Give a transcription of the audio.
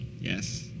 yes